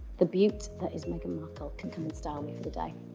the beaut that is meghan markle can come and style me for the day.